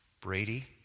Brady